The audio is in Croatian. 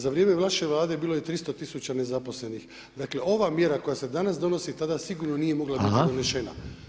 Za vrijeme vaše vlade bilo je 300.000 nezaposlenih, dakle ova mjera koja se danas donosi tada sigurno [[Upadica: Hvala.]] nije mogla biti donešena.